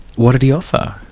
what did he offer?